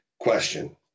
question